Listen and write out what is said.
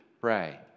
pray